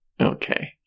Okay